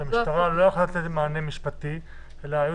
שהמשטרה לא יכלה לתת להן מענה משפטי אלא היו